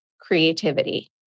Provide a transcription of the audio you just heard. creativity